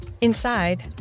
Inside